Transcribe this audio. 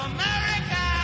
America